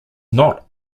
not